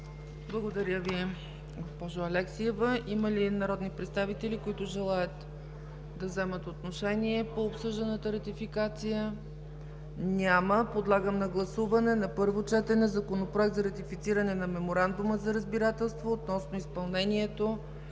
Благодаря Ви, госпожо Алексиева. Има ли народни представители, които желаят да вземат отношение по обсъжданата ратификация? Няма. Подлагам на гласуване на първо четене Законопроекта за ратифициране на Меморандума за разбирателство относно изпълнението